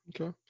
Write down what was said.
Okay